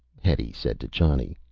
hetty said to johnny.